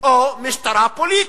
או משטרה פוליטית.